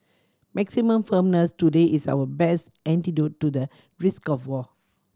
maximum firmness today is our best antidote to the risk of war